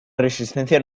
resistencia